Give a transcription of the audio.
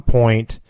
point